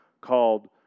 called